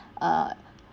uh